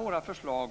Alla våra förslag